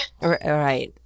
Right